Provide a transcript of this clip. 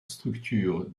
structure